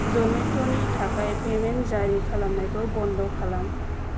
जमेट'नि थाखाय पेमेन्ट जारि खालामनायखौ बन्द खालाम